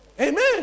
Amen